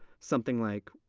something like,